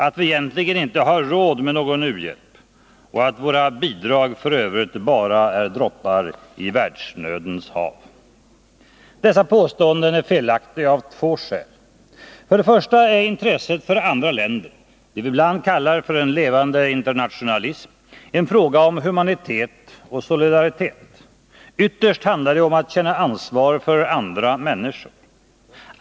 att vi egentligen inte har råd med någon u-hjälp och att våra bidrag f. ö. bara är droppar i världsnödens hav. Dessa påståenden är felaktiga av två skäl: För det första är intresset för andra länder, det vi ibland kallar för en levande internationalism, en fråga om humanitet och solidaritet. Ytterst handlar det om att känna ansvar för andra människor.